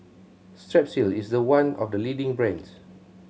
Strepsils is one of the leading brands